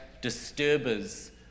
disturbers